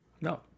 No